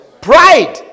pride